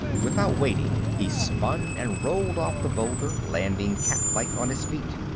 without waiting, he spun and rolled off the boulder, landing cat-like on his feet.